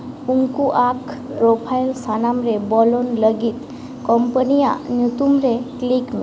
ᱩᱱᱠᱩ ᱟᱜ ᱯᱨᱳᱯᱷᱟᱭᱤᱞ ᱥᱟᱱᱟᱢ ᱨᱮ ᱵᱚᱞᱚᱱ ᱞᱟᱹᱜᱤᱫ ᱠᱳᱢᱯᱟᱱᱤᱭᱟᱜ ᱧᱩᱛᱩᱢ ᱨᱮ ᱠᱞᱤᱠ ᱢᱮ